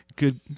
good